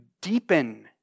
deepen